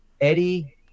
Eddie